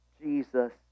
Jesus